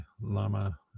Lama